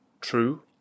true